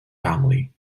family